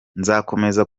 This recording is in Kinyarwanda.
nzakomeza